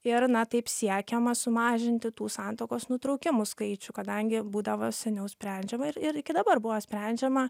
ir na taip siekiama sumažinti tų santuokos nutraukimų skaičių kadangi būdavo seniau sprendžiama ir ir iki dabar buvo sprendžiama